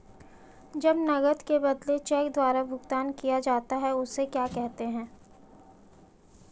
जब नकद के बदले चेक द्वारा भुगतान किया जाता हैं उसे क्या कहते है?